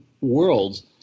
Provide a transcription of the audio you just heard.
worlds